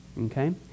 okay